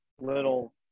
little